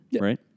Right